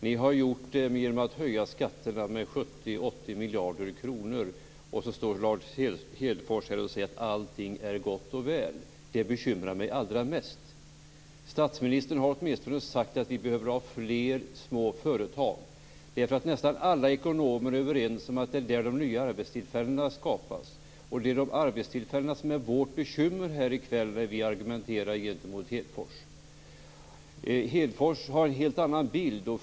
Ni har gjort det genom att höja skatterna med 70-80 miljarder kronor, och så står Lars Hedfors här och säger att allting är gott och väl. Det bekymrar mig allra mest. Statsministern har åtminstone sagt att vi behöver ha fler små företag. Det är för att nästan alla ekonomer är överens om att det är där de nya arbetstillfällena skapas. Det är arbetstillfällena som är vårt bekymmer här i kväll när vi argumenterar gentemot Hedfors. Hedfors har en helt annan bild.